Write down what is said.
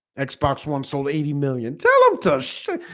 like xbox one sold eighty million tell him to so